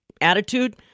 attitude